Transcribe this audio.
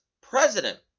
President